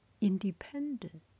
independent